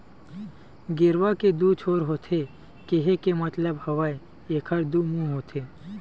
गेरवा के दू छोर होथे केहे के मतलब हवय एखर दू मुहूँ होथे